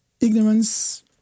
ignorance